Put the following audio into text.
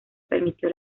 permitió